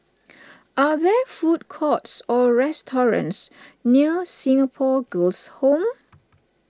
are there food courts or restaurants near Singapore Girls' Home